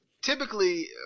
typically